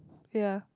ya